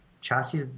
chassis